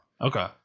Okay